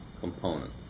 component